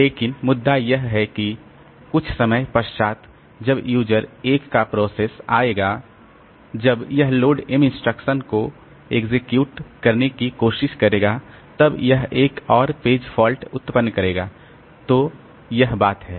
लेकिन मुद्दा यह है कि कुछ समय पश्चात जब यूज़र 1 का प्रोसेस आएगा जब यह लोड M इंस्ट्रक्शन को एग्जीक्यूट करने की कोशिश करेगा तब यह एक और पेज फॉल्ट उत्पन्न करेगा तो यह बात है